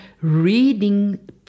reading